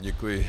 Děkuji.